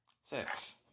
six